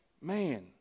man